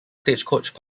stagecoach